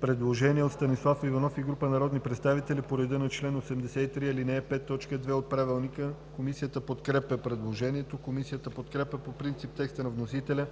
Предложение от Станислав Иванов и група народни представители по реда на чл. 83, ал. 5, т. 2 от Правилника. Комисията подкрепя предложението. Комисията подкрепя по принцип текста на вносителя